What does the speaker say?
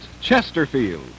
Chesterfield